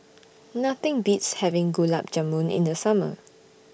Nothing Beats having Gulab Jamun in The Summer